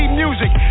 music